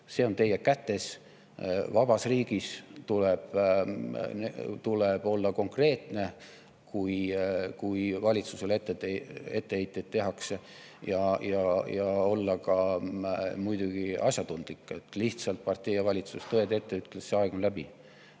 See on teie kätes. Vabas riigis tuleb olla konkreetne, kui valitsusele etteheiteid tehakse, ja olla ka muidugi asjatundlik. Kui partei ja valitsus tõed lihtsalt ette ütlesid, see aeg on läbi.